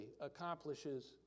accomplishes